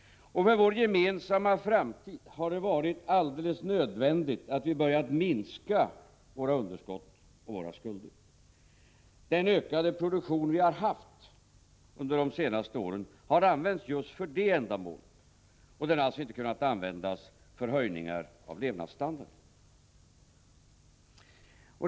För vår gemensamma framtids skull har det varit alldeles nödvändigt att vi börjat minska våra underskott och våra skulder. Den ökade produktion vi har haft under de senaste åren har använts just för det ändamålet och den har alltså inte kunnat användas för höjningar av levnadsstandarden.